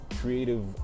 creative